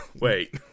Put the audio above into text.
Wait